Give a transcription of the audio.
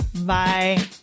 Bye